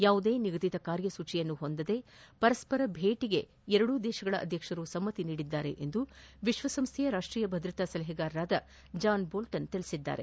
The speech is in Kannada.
ಯಾವುದೇ ನಿಗಧಿತ ಕಾರ್ಯಸೂಚಿಯನ್ನು ಹೊಂದದೆ ಪರಸ್ವರ ಭೇಟಗೆ ಎರಡೂ ರಾಷ್ಷಗಳ ಅಧ್ಯಕ್ಷರು ಸಮ್ಮತಿಸಿದ್ದಾರೆಂದು ವಿಶ್ವಸಂಸ್ಥೆಯ ರಾಷ್ಷೀಯ ಭದ್ರತಾ ಸಲಹೆಗಾರ ಜಾನ್ ಬೋಲ್ಲನ್ ಹೇಳಿದ್ದಾರೆ